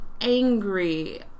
angry